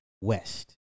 west